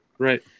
Right